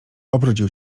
obrócił